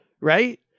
right